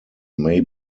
may